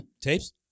Tapes